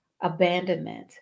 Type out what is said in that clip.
abandonment